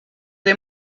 des